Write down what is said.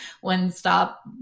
one-stop